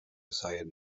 seien